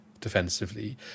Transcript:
defensively